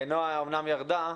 נועה אמנם ירדה,